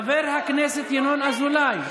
חבר הכנסת ינון אזולאי.